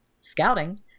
Scouting